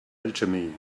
alchemy